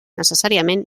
necessàriament